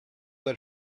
let